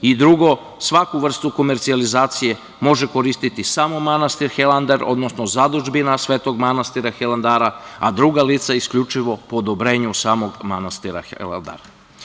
I drugo, svaku vrstu komercijalizacije može koristiti samo manastir Hilandar, odnosno zadužbina svetog manastira Hilandara, a druga lica isključivo po odobrenju samog manastira Hilandara.